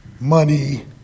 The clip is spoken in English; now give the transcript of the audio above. money